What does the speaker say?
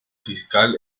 fiscal